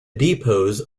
depots